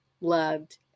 loved